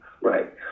Right